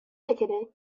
ticketed